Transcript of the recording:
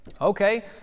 Okay